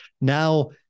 now